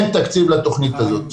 שאין תקציב לתוכנית הזאת.